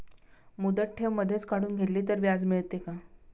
मुदत ठेव मधेच काढून घेतली तर व्याज मिळते का?